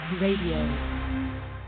Radio